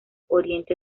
oriente